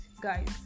guys